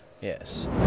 Yes